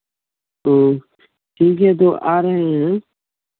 तो ठीक है तो आ रहे हैं